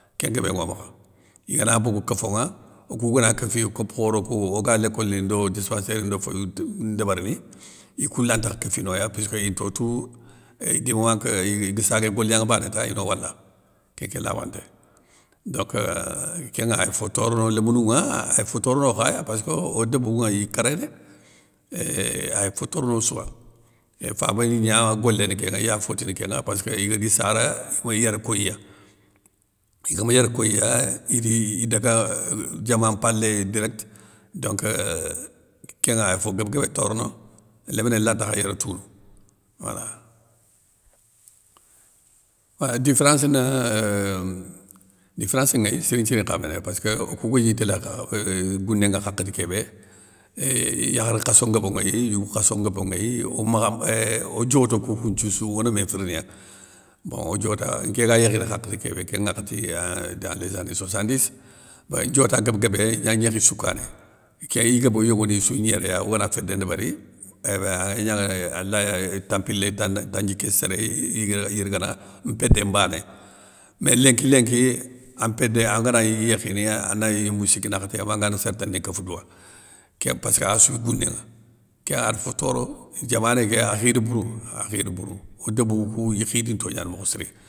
Kén nguébé nŋo makha, igana bogou kofonŋa okou kéfi komp khoro kou, oga lécole ni ndo dispensaire ndo féyou ndébérni, ikou lantakh kéfi noya puisskeu into tou, é du momen keu igueu sagué golignanŋa bane ta ino wala, kén nké labanté, donc, kénŋa ay fo torono lémounou ŋa, ay fo torono khaya passkeu, o débounŋa iy kéréné, éeeh ay fo torono souwa, éuuh fabani gna goléni kénŋa iya foti ni kénŋa, passkeu igadi sara, ima yéré koyiya, igama yér koyiya, idi idaga éuuh diaman mpalé direct donc kénŋa ay fo guéb guébé torono, léminé lantakha yér tounou, wala. Différence neuuh différence ŋéy siri nthiri nkhaméné, passkeu okou gagni télé euuh gounéŋa hakhati kébé, éeeuuhh yakhari nkhasso nguobo nŋéy yougou khasso ngobo nŋéy, omakhamb euuh odioto koukou nthioussou one mé firniya. Bon o diota nké ga yékhini hakhati kébé, kén ŋakhati euuh dans les zané soixante ndiss, béin diota guéb guébé gna gnékhissou kané, iké igobo yogonissou gni yéréya ogana fédé ndébéri, ébein aygnaŋana alay tampilé, tan tandjiké sér yirigana, mpédé mbané. Mé lénki lénki, an mpédé angana gnii yékhini, ane yimou siki nakhati mangane sér tane ni kéff douwa, kén passkeu assouya gounénŋa, kénŋa ad fo toro diamané ké, a khidi bourou, a khidi bourou, o débou kou, i khidinto gnani mokho siri.